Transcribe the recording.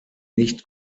nicht